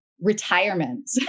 retirement